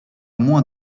moins